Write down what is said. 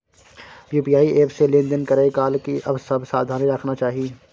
UPI app से लेन देन करै काल की सब सावधानी राखना चाही?